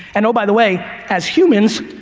and oh by the way, as humans,